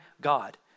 God